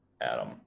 Adam